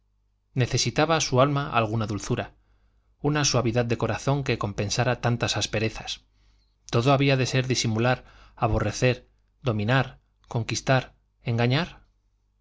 necesitaba su alma alguna dulzura una suavidad de corazón que compensara tantas asperezas todo había de ser disimular aborrecer dominar conquistar engañar